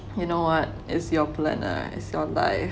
you know what is your planner it's your life